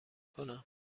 کنم